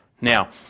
Now